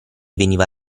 veniva